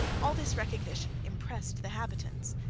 all this recognition impressed the habitants,